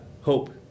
hope